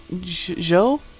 Joe